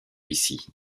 ici